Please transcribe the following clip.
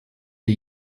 wir